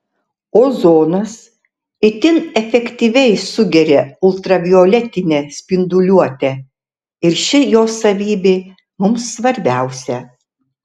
ozonas itin efektyviai sugeria ultravioletinę spinduliuotę ir ši jo savybė mums svarbiausia